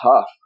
tough